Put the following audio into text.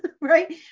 right